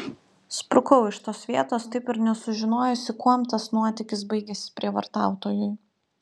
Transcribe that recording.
sprukau iš tos vietos taip ir nesužinojusi kuom tas nuotykis baigėsi prievartautojui